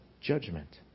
judgment